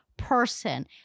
Person